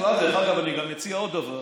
בכלל, דרך אגב, אני גם מציע עוד דבר: